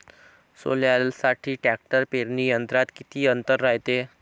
सोल्यासाठी ट्रॅक्टर पेरणी यंत्रात किती अंतर रायते?